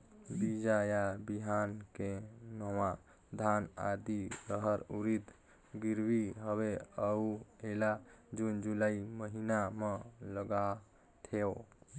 बीजा या बिहान के नवा धान, आदी, रहर, उरीद गिरवी हवे अउ एला जून जुलाई महीना म लगाथेव?